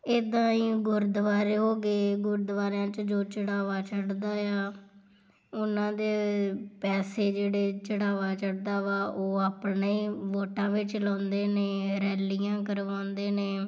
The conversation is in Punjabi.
ਇੱਦਾ ਹੀ ਗੁਰਦੁਆਰੇ ਹੋ ਗਏ ਗੁਰਦੁਆਰਿਆਂ 'ਚ ਜੋ ਚੜਾਵਾ ਚੜਦਾ ਆ ਉਹਨਾਂ ਦੇ ਪੈਸੇ ਜਿਹੜੇ ਚੜਾਵਾ ਚੜਦਾ ਵਾ ਉਹ ਆਪਣੇ ਵੋਟਾਂ ਵਿੱਚ ਲਾਉਂਦੇ ਨੇ ਰੈਲੀਆਂ ਕਰਵਾਉਂਦੇ ਨੇ